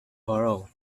borough